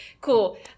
cool